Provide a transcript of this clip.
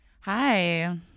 Hi